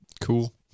Cool